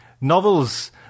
Novels